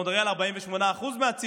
אנחנו מדברים על 48% מהציבור,